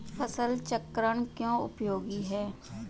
फसल चक्रण क्यों उपयोगी है?